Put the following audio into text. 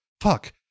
fuck